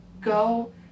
Go